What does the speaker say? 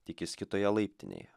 tik is kitoje laiptinėje